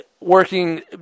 Working